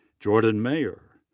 jordan mayer,